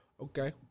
Okay